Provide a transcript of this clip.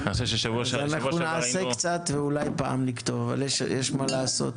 בוא נעשה קצת ואולי פעם נכתוב, אבל יש מה לעשות.